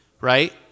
right